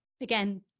again